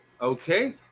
Okay